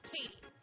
Katie